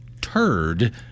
turd